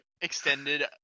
extended